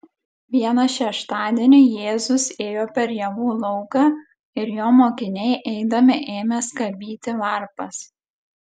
vieną šeštadienį jėzus ėjo per javų lauką ir jo mokiniai eidami ėmė skabyti varpas